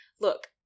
look